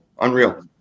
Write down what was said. unreal